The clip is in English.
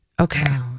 Okay